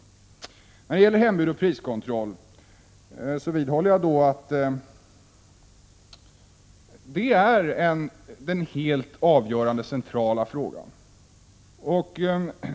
Sedan vidhåller jag att hembud och priskontroll är den helt avgörande, centrala frågan.